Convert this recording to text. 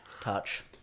touch